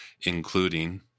including